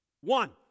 One